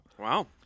Wow